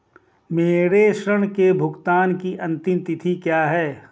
मेरे ऋण के भुगतान की अंतिम तिथि क्या है?